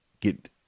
get